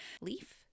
Leaf